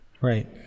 right